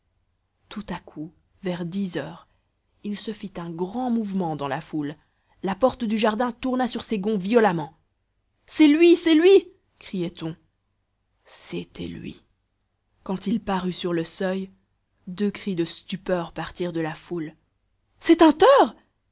tout à coup vers dix heures il se fit un grand mouvement dans la foule la porte du jardin tourna sur ses gonds violemment c'est lui c'est lui criait-on c'était lui quand il parut sur le seuil deux cris de stupeur partirent de la foule c'est un teur